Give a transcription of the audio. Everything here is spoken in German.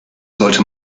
sollte